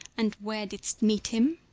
and where didst meet him?